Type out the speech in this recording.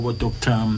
doctor